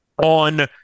on